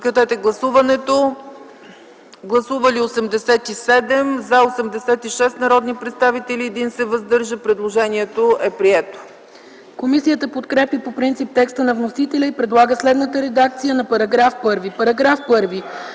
Комисията подкрепя по принцип текста на вносителя и предлага следната редакция на § 1: „§ 1.